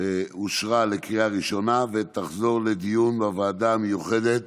אושרה בקריאה ראשונה, ותחזור לדיון בוועדה המיוחדת